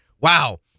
wow